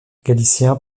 galicien